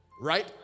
right